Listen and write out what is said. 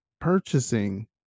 Purchasing